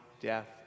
death